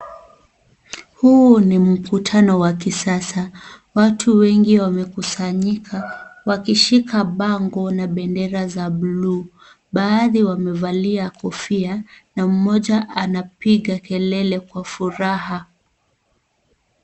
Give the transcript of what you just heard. Huu ni mkutano wa kisasa watu wengi wamekusanyika, wakishika bango na bendera za buluu baadhi wamevalia kofia, na mmoja anapiga kelele kwa furaha.